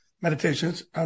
meditations